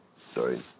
Sorry